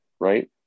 right